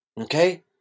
Okay